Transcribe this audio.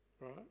right